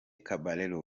caballero